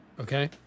Okay